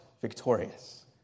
victorious